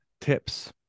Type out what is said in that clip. tips